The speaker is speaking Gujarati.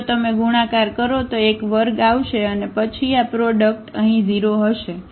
તેથી જો તમે ગુણાકાર કરો તો એક વર્ગ આવશે અને પછી આ પ્રોડક્ટ અહીં 0 હશે